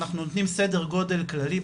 אנחנו נותנים סדר גודל כללי,